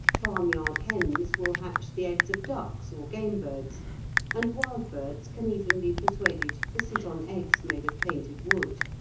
farmyard hens will hatch the eggs of ducks or game birds and wild birds can even be persuaded to sit on eggs made of painted wood.